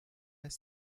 ist